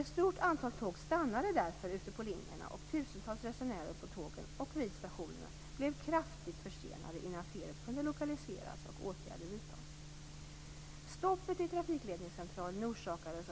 Ett stort antal tåg stannade därför ute på linjerna, och tusentals resenärer på tågen och vid stationerna blev kraftigt försenade innan felet kunde lokaliseras och åtgärder vidtas. Stoppet i trafikledningscentralen orsakades